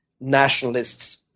nationalists